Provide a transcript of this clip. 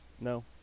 No